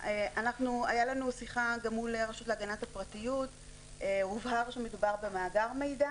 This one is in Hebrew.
הייתה לנו שיחה מול הרשות להגנת הפרטיות והובהר שמדובר במאגר מידע,